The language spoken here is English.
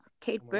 Kate